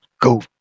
Go